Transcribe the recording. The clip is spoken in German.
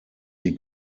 die